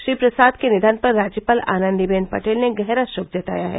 श्री प्रसाद के निधन पर राज्यपाल आनंदीबेन पटेल ने गहरा शोक जताया है